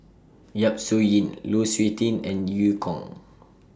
Yap Su Yin Lu Suitin and EU Kong